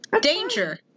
Danger